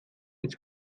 jetzt